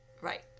right